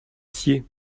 sciez